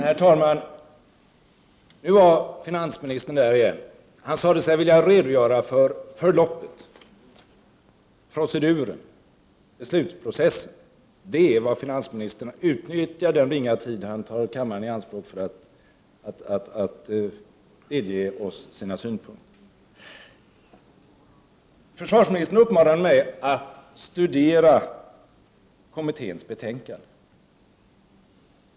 Herr talman! Nu var försvarsministern där igen! Han sade sig vilja redogöra för förloppet, proceduren, beslutsprocessen. Det är vad försvarsminis tern utnyttjar den ringa tid till som han tar i anspråk för att delge oss sina synpunkter. Försvarsministern uppmanar mig att studera kommitténs betänkande.